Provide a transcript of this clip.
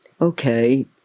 Okay